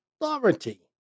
authority